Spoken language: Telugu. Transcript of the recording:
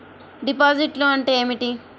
డిపాజిట్లు అంటే ఏమిటి?